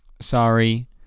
sorry